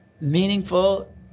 meaningful